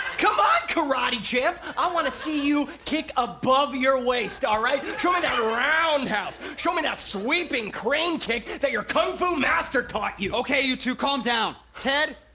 come on, karate champ! i want to see you kick above your waist. alright, try that roundhouse show me that sweeping crane kick that your kung-fu master taught you. okay, you two, calm down! ted.